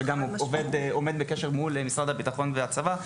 שעומד בקשר מול משרד הביטחון והצבא,